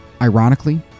Ironically